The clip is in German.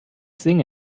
singe